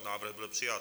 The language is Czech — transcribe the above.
Návrh byl přijat.